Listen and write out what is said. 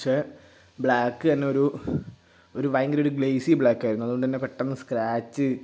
പക്ഷെ ബ്ലാക്ക് തന്നെ ഒരു ഒരു ഭയങ്കര ഒരു ഗ്ലേയ്സി ബ്ലാക്കായിരുന്നു അതുകൊണ്ട് തന്നെ പെട്ടന്ന് സ്ക്രാച്ച്